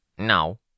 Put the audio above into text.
No